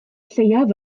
lleiaf